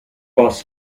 boss